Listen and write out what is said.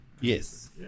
Yes